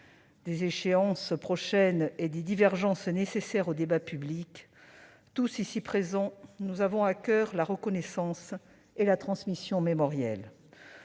électorales prochaines et des divergences nécessaires au débat public, nous avons tous à coeur la reconnaissance et la transmission mémorielle.